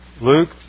Luke